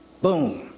Boom